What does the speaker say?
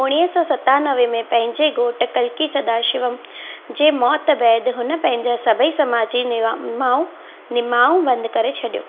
उणिवीह सौ सतानवे में पंहिंजे घोटु कल्कि सदाशिवम जे मौतु बैदि हुन पंहिंजा सभई समाजी निवा माउ निमाउ बंदि करे छॾियो